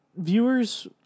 viewers